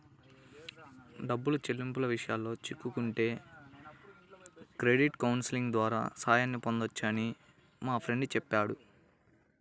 డబ్బు చెల్లింపుల విషయాల్లో చిక్కుకుంటే క్రెడిట్ కౌన్సిలింగ్ ద్వారా సాయాన్ని పొందొచ్చని మా ఫ్రెండు చెప్పాడు